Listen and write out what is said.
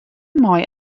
mei